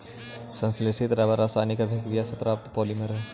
संश्लेषित रबर रासायनिक अभिक्रिया से प्राप्त पॉलिमर हइ